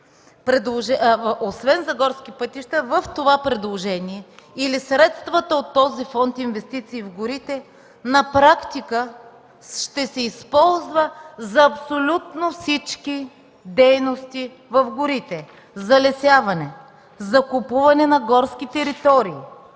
обществена полза, в това предложение или средствата от този фонд „Инвестиции в горите” на практика ще се използват за абсолютно всички дейности в горите – залесяване, закупуване на горски територии,